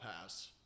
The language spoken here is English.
pass